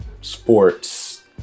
sports